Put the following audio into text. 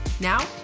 Now